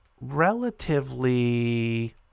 relatively